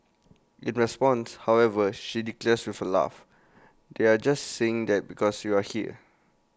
in response however she declares with A laugh they're just saying that because you're here